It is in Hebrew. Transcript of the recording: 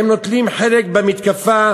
הם נוטלים חלק במתקפה,